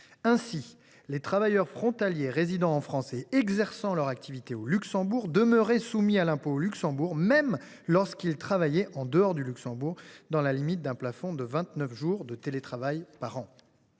Ainsi, les travailleurs frontaliers résidant en France et exerçant leur activité au Luxembourg demeuraient soumis à l’impôt au Luxembourg, même lorsqu’ils travaillaient en dehors de ce pays, dans la limite d’un plafond de 29 jours de télétravail par an.